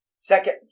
Second